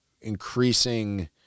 increasing